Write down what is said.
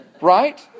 Right